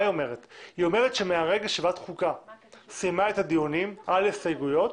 היא אומרת שמרגע שוועדת החוקה סיימה את הדיונים עד להסתייגויות